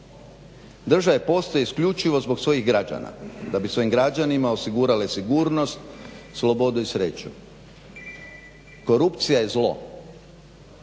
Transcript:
Država postoji isključivo zbog svojih građana, da bi svojim građanima osigurale sigurnost, slobodu i sreću. Korupcija je zlo.